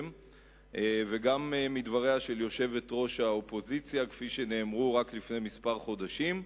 וגם בדבריה של יושבת-ראש האופוזיציה כפי שנאמרו רק לפני כמה חודשים.